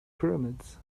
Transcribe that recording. pyramids